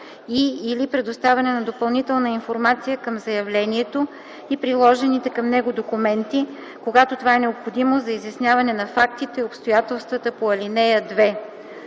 и/или предоставяне на допълнителна информация към заявлението и приложените към него документи, когато това е необходимо за изясняване на фактите и обстоятелствата по ал. 2.”